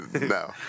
No